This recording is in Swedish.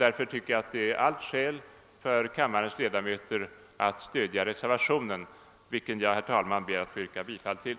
Därför tycker jag att det finns alla skäl för kammarens ledamöter att stödja reservationen, vilken jag, herr talman, ber att få yrka bifall till.